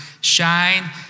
shine